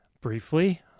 briefly